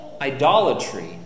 idolatry